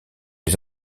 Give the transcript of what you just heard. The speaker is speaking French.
les